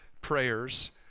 prayers